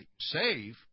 save